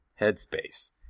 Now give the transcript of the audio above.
headspace